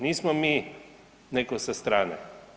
Nismo mi netko sa strane.